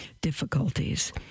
difficulties